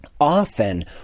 often